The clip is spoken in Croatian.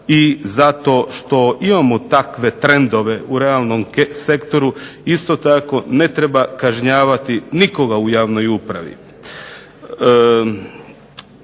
i zato što imamo takve trendove u realnom sektoru. Isto tako ne treba kažnjavati nikoga u javnoj upravi.